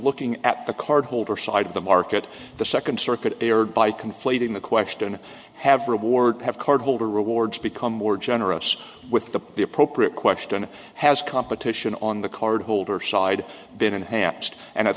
looking at the card holder side of the market the second circuit erred by conflating the question have reward have cardholder rewards become more generous with the the appropriate question has competition on the cardholder side been enhanced and i'd